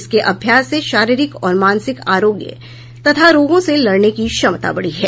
इसके अभ्यास से शारीरिक और मानसिक आरोग्य तथा रोगों से लड़ने की क्षमता बढ़ती है